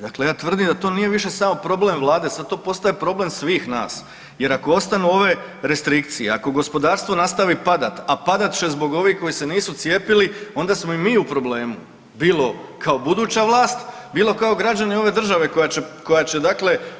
Dakle, ja tvrdim da to nije više samo problem Vlade sad to postaje problem svih nas jer ako ostanu ove restrikcije, ako gospodarstvo nastaviti padat, a padat će zbog ovih koji se nisu cijepili onda smo i mi u problemu, bilo kao buduća vlast, bilo kao građani ove države koja će